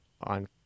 on